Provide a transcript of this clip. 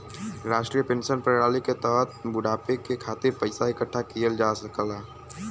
राष्ट्रीय पेंशन प्रणाली के तहत बुढ़ापे के खातिर पइसा इकठ्ठा किहल जा सकला